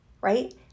right